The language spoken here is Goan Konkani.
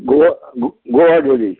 गो गोवा डेरी